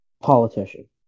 politician